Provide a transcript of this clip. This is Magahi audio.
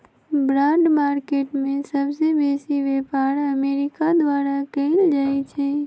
बॉन्ड मार्केट में सबसे बेसी व्यापार अमेरिका द्वारा कएल जाइ छइ